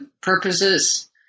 purposes